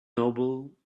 noble